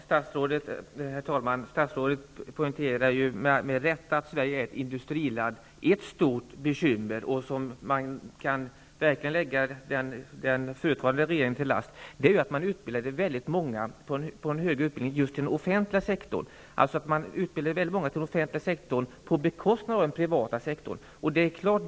Herr talman! Statsrådet poängterar med rätta att Sverige är ett industriland. Ett stort bekymmer -- som verkligen kan läggas den förutvarande regeringen till last -- är att väldigt många genomgick högre utbildning till den offentliga sektorn, på bekostnad av den privata sektorn.